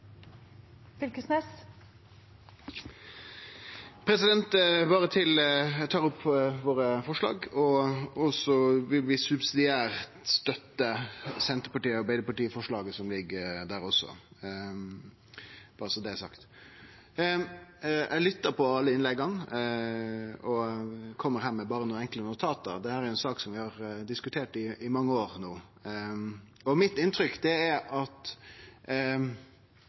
Eg tar opp våre forslag. Vi vil subsidiært støtte forslaget frå Senterpartiet og Arbeidarpartiet til sak nr. 3 – berre så det er sagt. Eg har lytta til alle innlegga og kjem her med nokre enkle notat. Dette er ei sak som vi har diskutert i mange år no. Mitt inntrykk er at det er